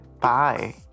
Bye